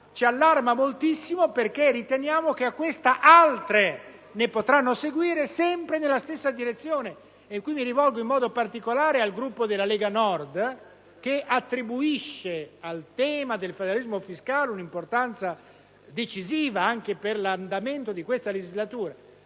ci allarma moltissimo perché riteniamo che a questa altre ne potranno seguire sempre nella stessa direzione. Mi rivolgo quindi in modo particolare al Gruppo della Lega Nord, che attribuisce al tema del federalismo fiscale un'importanza decisiva anche per l'andamento di questa legislatura.